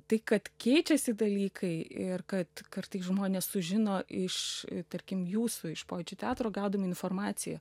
tai kad keičiasi dalykai ir kad kartais žmonės sužino iš tarkim jūsų iš pojūčių teatro gaudami informaciją